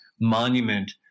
monument